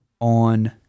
on